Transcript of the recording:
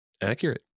Accurate